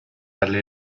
alle